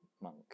monk